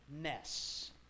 mess